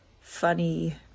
funny